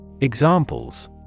Examples